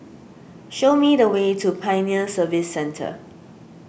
show me the way to Pioneer Service Centre